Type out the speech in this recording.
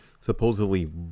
supposedly